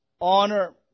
honor